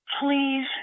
Please